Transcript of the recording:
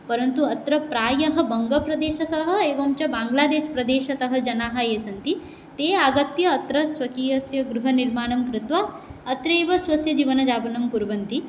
परन्तु अत्र प्रायः बङ्गप्रदेशतः एवं च बाङ्लादेशप्रदेशतः जनाः ये सन्ति ते आगत्य अत्र स्वकीयस्य गृहनिर्माणं कृत्वा अत्रैव स्वस्य जीवनयापनं कुर्वन्ति